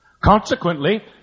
Consequently